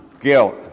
guilt